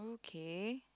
okay